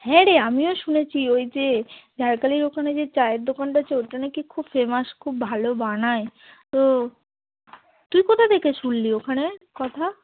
হ্যাঁ রে আমিও শুনেছি ওই যে ঝাড়খালির ওখানে যে চায়ের দোকানটা আছে ওটা নাকি খুব ফেমাস খুব ভালো বানায় তো তুই কোথা থেকে শুনলি ওখানের কথা